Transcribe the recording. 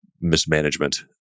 mismanagement